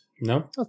No